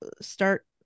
start